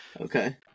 Okay